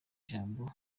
jambo